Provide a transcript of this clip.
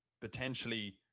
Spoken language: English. potentially